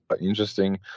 interesting